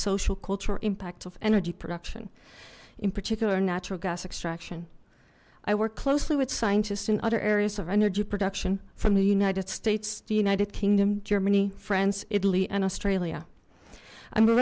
social cultural impact of energy production in particular natural gas extraction i work closely with scientists in other areas of energy production from the united states the united kingdom germany france italy and australia i'm a